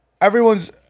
Everyone's